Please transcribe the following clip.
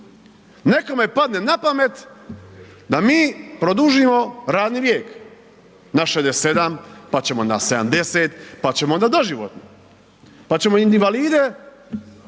nekome padne na pamet da mi produžimo radni vijek, na 67., pa ćemo na 70., pa ćemo onda doživotno, pa ćemo invalide